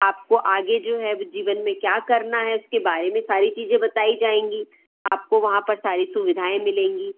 आपको आगे जो है अभी जीवन में क्या करना है उसके बारे में सारी चीज़ें बताई जाएँगी आपको वहाँ पर सारी सुविधाएँ मिलेंगी